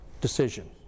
decision